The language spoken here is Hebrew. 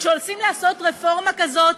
כשרוצים לעשות רפורמה כזאת,